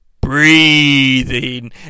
breathing